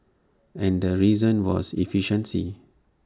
and the reason was efficiency